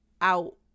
out